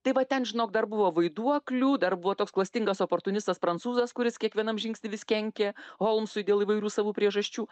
tai va ten žinok dar buvo vaiduoklių dar buvo toks klastingas oportunistas prancūzas kuris kiekvienam žingsny vis kenkė holmsui dėl įvairių savų priežasčių